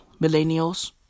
millennials